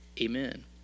Amen